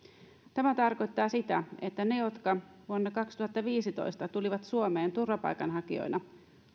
tämä tarkoittaa sitä että ne jotka vuonna kaksituhattaviisitoista tulivat suomeen turvapaikanhakijoina